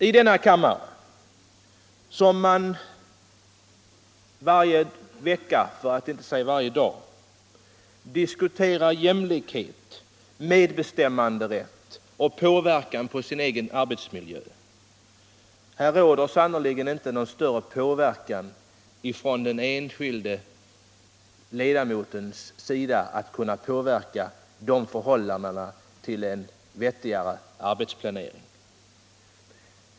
I denna kammare, som varje vecka för att inte säga varje dag diskuterar jämlikhet, medbestämmanderätt och inverkan på varje individs egen arbetsmiljö, råder sannerligen inga större möjligheter för den enskilde ledamoten att påverka förhållandena till en vettigare arbetsplanering.